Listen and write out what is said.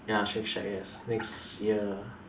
ya Shake-Shack yes next year